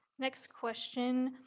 next question.